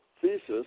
thesis